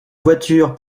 voiture